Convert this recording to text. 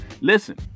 Listen